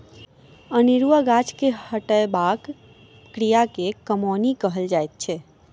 अनेरुआ गाछ के हटयबाक क्रिया के कमौनी कहल जाइत अछि